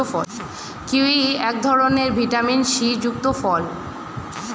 kiwi এক ধরনের vitamin C যুক্ত ফল